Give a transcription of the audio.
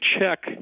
check